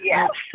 Yes